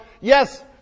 yes